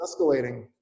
escalating